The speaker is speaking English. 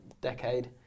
decade